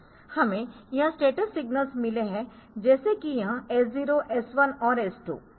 हमें यह status signals मिले है जैसे कि यह S 0 S 1 और S 2